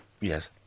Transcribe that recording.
Yes